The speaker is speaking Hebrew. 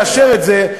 יאשר את זה.